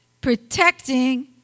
protecting